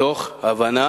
מתוך הבנה